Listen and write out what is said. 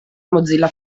mozilla